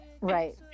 right